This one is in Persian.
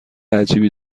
عجیبی